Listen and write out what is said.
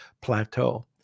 plateau